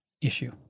issue